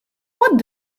what